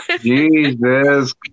Jesus